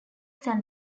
san